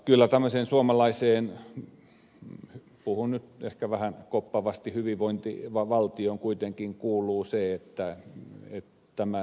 kyllä tämmöiseen suomalaiseen puhun nyt ehkä vähän koppavasti hyvinvointivaltioon kuitenkin kuuluu tällainen korvaus